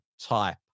type